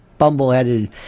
bumbleheaded